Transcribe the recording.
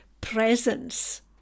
presence